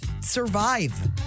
survive